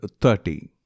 thirty